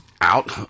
out